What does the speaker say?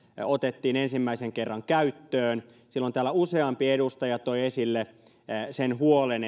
otettiin ensimmäisen kerran käyttöön silloin täällä useampi edustaja toi esille huolen